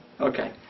Okay